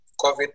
COVID